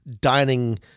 dining